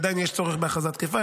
עדיין יש צורך בהכרזה תקפה,